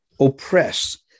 oppress